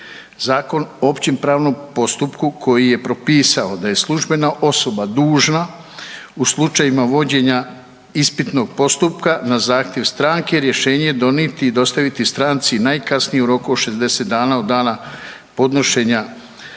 Zakon o općem pravnom postupku koji je propisao da je službena osoba dužna u slučajevima vođenja ispitnog postupka na zahtjev stranke rješenje donijeti i dostaviti stranci najkasnije u roku od 60 dana od dana podnošenja